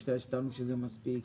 יש כאלה שטענו שזה מספיק.